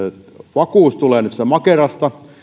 vakuus tulee nyt makerasta